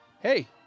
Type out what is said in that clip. hey